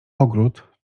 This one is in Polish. ogród